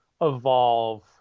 evolve